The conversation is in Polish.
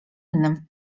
innym